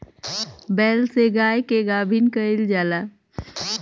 बैल से गाय के गाभिन कइल जाला